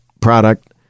product